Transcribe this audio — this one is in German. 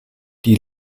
die